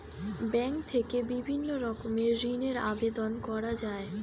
bank থেকে বিভিন্ন রকমের ঋণের আবেদন করা যায়